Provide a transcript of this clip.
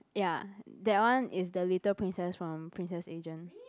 ya that one is the little princess from Princess Agent